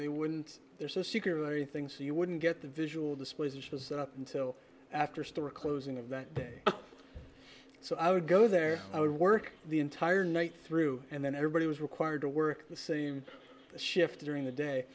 they wouldn't there's a secret or anything so you wouldn't get the visual displays it was that up until after store closing of that day so i would go there i would work the entire night through and then everybody was required to work the same shift during the day